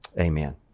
Amen